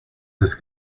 des